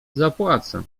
zapłacę